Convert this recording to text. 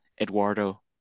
Eduardo